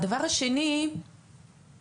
הדבר השני בעצם,